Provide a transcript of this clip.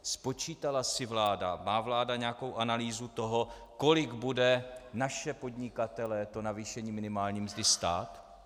Spočítala si vláda, má vláda nějakou analýzu toho, kolik bude naše podnikatele navýšení minimální mzdy stát?